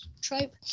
trope